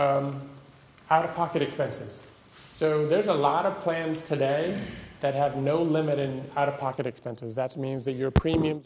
one out of pocket expenses so there's a lot of plans today that have no limit in out of pocket expenses that means that your premium